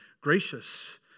gracious